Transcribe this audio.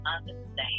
understand